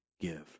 give